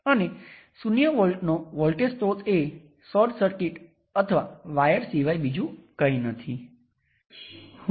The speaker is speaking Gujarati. હું 5 વોલ્ટના સોર્સને નલ લઈ શકું છું